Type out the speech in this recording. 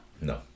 No